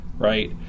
right